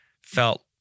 felt